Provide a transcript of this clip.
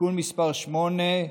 (תיקון מס' 8),